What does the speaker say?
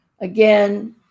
again